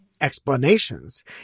explanations